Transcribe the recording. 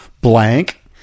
blank